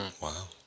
Wow